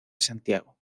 santiago